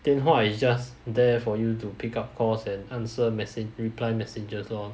电话 is just there for you to pick up calls and answer message reply messages lor